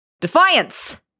Defiance